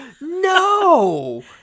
no